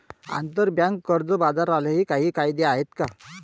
आंतरबँक कर्ज बाजारालाही काही कायदे आहेत का?